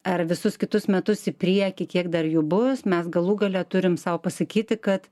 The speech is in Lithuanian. ar visus kitus metus į priekį kiek dar jų bus mes galų gale turim sau pasakyti kad